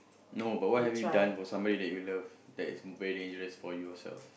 no but what have you done for somebody that you love that is very dangerous for you yourself